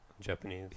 Japanese